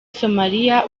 somalia